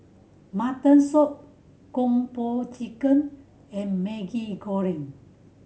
mutton soup Kung Po Chicken and Maggi Goreng